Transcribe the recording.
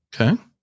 Okay